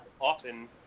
often